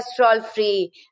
cholesterol-free